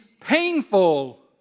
painful